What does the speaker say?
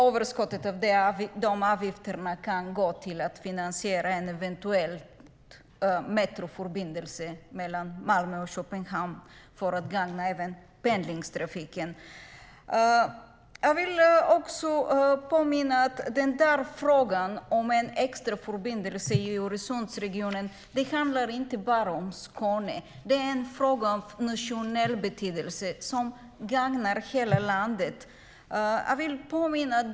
Överskottet av avgifterna kan dessutom gå till att finansiera en eventuell metroförbindelse mellan Malmö och Köpenhamn för att gagna även pendlingstrafiken. Jag vill också påminna om att frågan om en extra förbindelse i Öresundsregionen inte bara handlar om Skåne. Det är en fråga av nationell betydelse som gagnar hela landet.